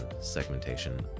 segmentation